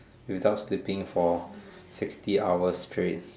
without sleeping for sixty hours straight